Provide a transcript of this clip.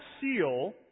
seal